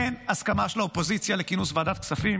אין הסכמה של האופוזיציה לכינוס ועדת הכספים